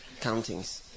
countings